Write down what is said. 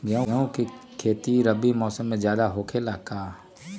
गेंहू के खेती रबी मौसम में ज्यादा होखेला का?